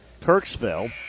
Kirksville